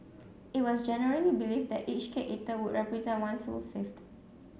it was generally believed that each cake eaten would represent one soul saved